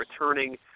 returning